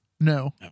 No